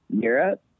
Europe